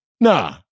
Nah